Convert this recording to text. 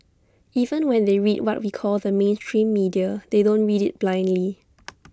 even when they read what we call the mainstream media they don't read IT blindly